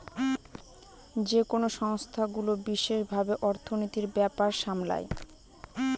যেকোনো সংস্থাগুলো বিশেষ ভাবে অর্থনীতির ব্যাপার সামলায়